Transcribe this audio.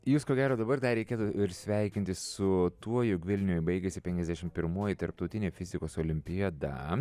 jūs ko gero dabar dar reikėtų ir sveikinti su tuo jog vilniuje baigėsi penkiasdešimt pirmoji tarptautinė fizikos olimpiada